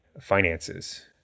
finances